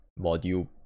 module